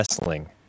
Wrestling